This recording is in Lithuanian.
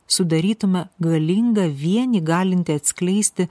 sudarytume galingą vienį galintį atskleisti